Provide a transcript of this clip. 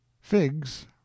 figs